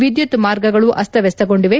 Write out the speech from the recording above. ವಿದ್ಯುತ್ ಮಾರ್ಗಗಳು ಅಸ್ತವಸ್ತಗೊಂಡಿದೆ